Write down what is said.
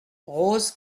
rose